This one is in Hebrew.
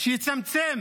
שיצמצם